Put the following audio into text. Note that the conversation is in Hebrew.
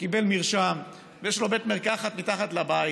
שקיבל מרשם ויש לו בית מרקחת מתחת לבית,